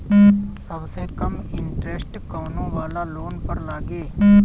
सबसे कम इन्टरेस्ट कोउन वाला लोन पर लागी?